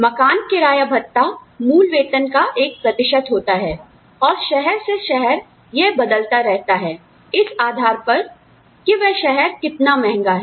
मकान किराया भत्ता मूल वेतन का एक प्रतिशत होता है और शहर से शहर यह बदलता रहता है इस आधार पर कि वह शहर कितना महंगा है